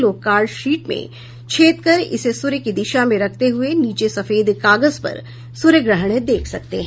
लोग card sheet में छेद कर इसे सूर्य की दिशा में रखते हुए नीचे सफेद कागज पर सूर्यग्रहण देख सकते हैं